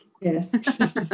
yes